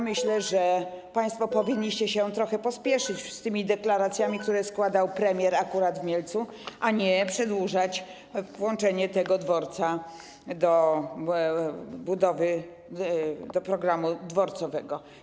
Myślę, że państwo powinniście się trochę pospieszyć z tymi deklaracjami, które składał premier akurat w Mielcu, a nie odwlekać włączenie budowy tego dworca do programu dworcowego.